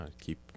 keep